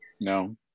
No